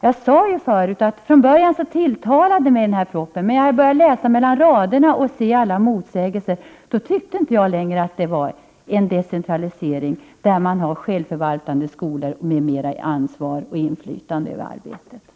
Jag sade tidigare att propositionen tilltalade mig från början, men när jag började läsa mellan raderna och såg alla motsägelser tyckte jag inte längre att den visade hän mot en decentralisering av ansvar och inflytande över arbetet, med självförvaltande skolor m.m.